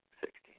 Sixteen